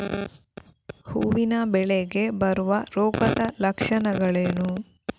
ಹೂವಿನ ಬೆಳೆಗೆ ಬರುವ ರೋಗದ ಲಕ್ಷಣಗಳೇನು?